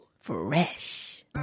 Fresh